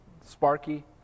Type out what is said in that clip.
Sparky